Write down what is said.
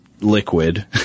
liquid